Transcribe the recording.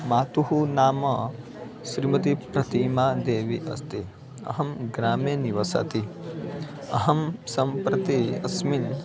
मातुः नाम श्रीमति प्रतीमादेवी अस्ति अहं ग्रामे निवसति अहं सम्प्रति अस्मिन्